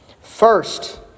First